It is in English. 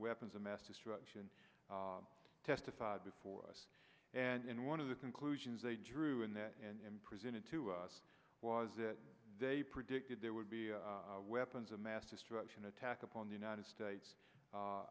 weapons of mass destruction testified before us and one of the conclusions they drew in that and presented to us was that they predicted there would be weapons of mass destruction attack upon the united states